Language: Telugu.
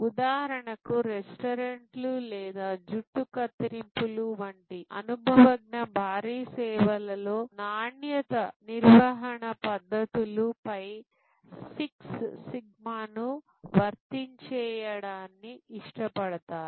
ఉదాహరణకు రెస్టారెంట్లు లేదా జుట్టు కత్తిరింపులు వంటి అనుభవజ్ఞ భారీ సేవలలో నాణ్యత నిర్వహణ పద్ధతుల పై సిక్స్ సిగ్మాను వర్తించేయడాన్ని ఇష్టపడతారు